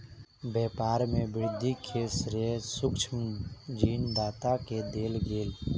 व्यापार में वृद्धि के श्रेय सूक्ष्म ऋण दाता के देल गेल